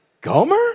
Gomer